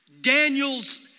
Daniel's